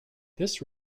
this